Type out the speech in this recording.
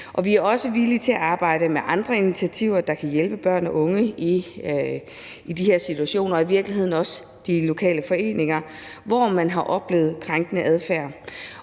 Vi er også villige til at arbejde med andre initiativer, der kan hjælpe børn og unge i de her situationer og i virkeligheden også de lokale foreninger, hvor man har oplevet krænkende adfærd,